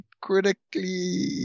critically